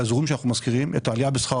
באזורים שאנחנו משכירים את העלייה בשכר